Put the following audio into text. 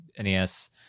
nes